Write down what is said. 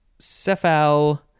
cephal